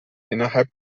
innerhalb